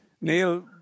Neil